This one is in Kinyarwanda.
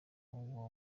ubwo